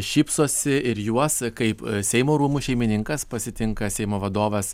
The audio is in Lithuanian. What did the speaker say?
šypsosi ir juos kaip seimo rūmų šeimininkas pasitinka seimo vadovas